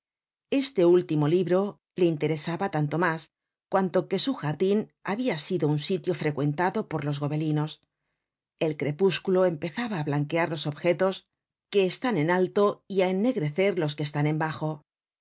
este último libro le interesaba tanto mas cuanto que su jardin habia sido un sitio frecuentado por los gobelinos el crepúsculo empezaba á blanquear los objetos que están en alto y á ennegrecer los que están en bajo al